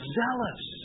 zealous